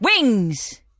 Wings